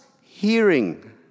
hearing